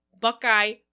buckeye